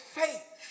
faith